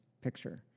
picture